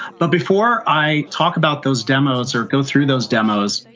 but before i talk about those demos or go through those demos,